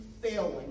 failing